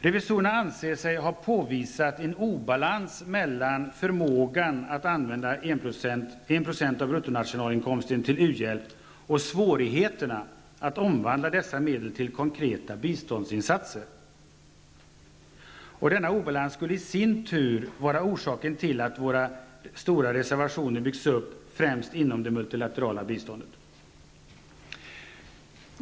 Revisorerna anser sig ha påvisat en obalans mellan förmågan att avsätta 1 % av BNI till u-hjälp och svårigheterna att omvandla dessa medel till konkreta biståndsinsatser. Och denna obalans skulle i sin tur vara orsaken till att stora reservationer byggts upp främst inom det multilaterala biståndet.